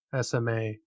SMA